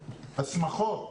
עופר,